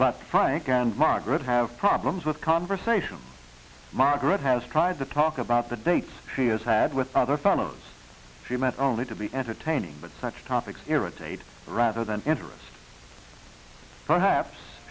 but frank and margaret have problems with conversation margaret has tried to talk about the dates for years had with other fellows she met only to be entertaining but such topics irritate rather than interest perhaps